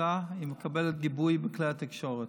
עושה היא מקבלת גיבוי בכלי התקשורת.